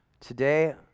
today